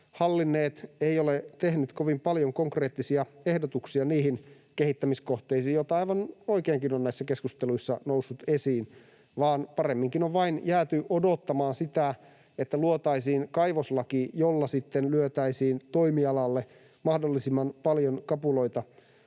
hallinneet, ei ole tehnyt kovin paljon konkreettisia ehdotuksia niihin kehittämiskohteisiin, joita aivan oikeinkin on näissä keskusteluissa noussut esiin, vaan paremminkin on vain jääty odottamaan sitä, että luotaisiin kaivoslaki, jolla sitten lyötäisiin toimialalle mahdollisimman paljon kapuloita